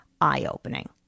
eye-opening